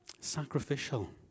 Sacrificial